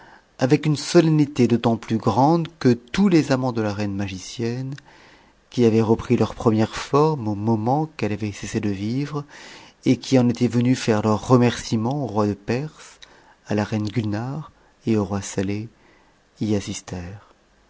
avec une solennité d'autant plus grande que tous les amants de la reine magicienne qui avaient repris leur première forme au momph qu'eite avait cessé de vivre et qui en étaient venus faire leurs remerciements au roi de perse à la reine gulnare et au roi saleh y